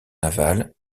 navale